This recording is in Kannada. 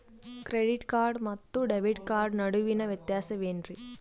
ಕ್ರೆಡಿಟ್ ಕಾರ್ಡ್ ಮತ್ತು ಡೆಬಿಟ್ ಕಾರ್ಡ್ ನಡುವಿನ ವ್ಯತ್ಯಾಸ ವೇನ್ರೀ?